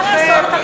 מה לעשות?